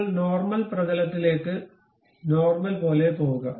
ഇപ്പോൾ നോർമൽ പ്രതലത്തിലേക്ക് നോർമൽപോലെ പോകുക